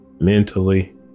mentally